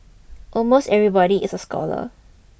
almost everybody is a scholar